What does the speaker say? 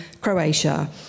Croatia